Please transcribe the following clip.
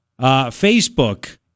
Facebook